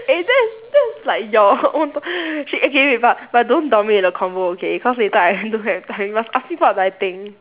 eh that's that's like your own per~ shit okay okay but but don't dominate the convo okay cause later I don't have time must ask me what do I think